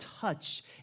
touch